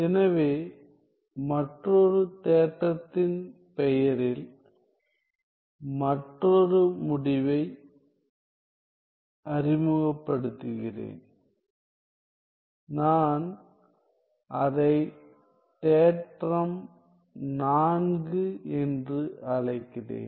எனவே மற்றொரு தேற்றத்தின் பெயரில் மற்றொரு முடிவை அறிமுகப்படுத்துகிறேன் நான் அதை தேற்றம் 4 என்று அழைக்கிறேன்